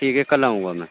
ٹھیک ہے کل آؤں گا میں